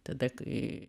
tada kai